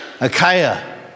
Achaia